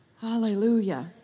Hallelujah